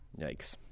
Yikes